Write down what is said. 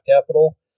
capital